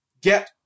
Get